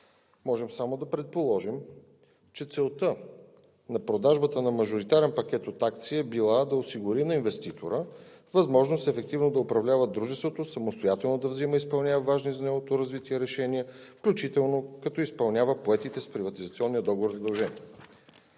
Можем само да предположим, че целта на продажбата на мажоритарен пакет от акции е била да осигури на инвеститора възможност ефективно да управлява дружеството, самостоятелно да взима и изпълнява важни за неговото развитие решения, включително като изпълнява поетите с приватизационния договор задължения.